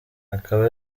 akaba